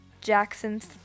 Jackson's